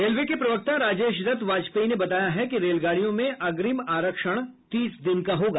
railway के प्रवक्ता राजेश दत्त बाजपेयी ने बताया है कि रेलगाड़ियों में अग्निम आरक्षण तीस दिन का होगा